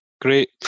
great